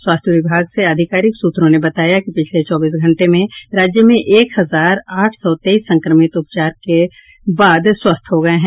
स्वास्थ्य विभाग के अधिकारिक सूत्रों ने बताया कि पिछले चौबीस घंटे में राज्य में एक हजार आठ सौ तेईस संक्रमित उपचार के बाद स्वस्थ हो गये हैं